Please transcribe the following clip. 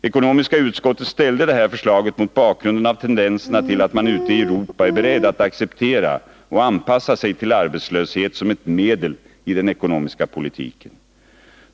Ekonomiska utskottet framställde detta förslag mot bakgrunden av tendenserna till att man ute i Europa är beredd att acceptera och anpassa sig till arbetslöshet som ett medel i den ekonomiska politiken.